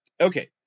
Okay